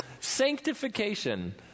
sanctification